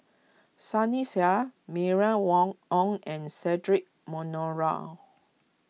Sunny Sia Mylene Wang Ong and Cedric Monoro